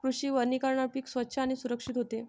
कृषी वनीकरणामुळे पीक स्वच्छ आणि सुरक्षित होते